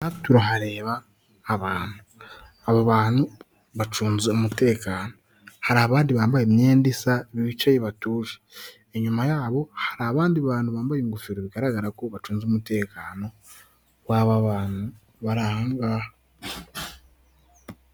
Hano turahareba abantu, abo bantu bacunze umutekano. Hari abandi bambaye imyenda isa bicaye batuje, inyuma yabo hari abandi bantu bambaye ingofero, bigaragara ko bacunze umutekano w'aba bantu bari ahangaha.